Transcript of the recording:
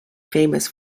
famous